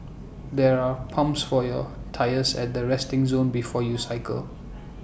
there are pumps for your tyres at the resting zone before you cycle